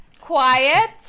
quiet